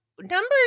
numbers